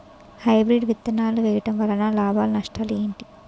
Hybrid విత్తనాలు వేయటం వలన లాభాలు నష్టాలు ఏంటి?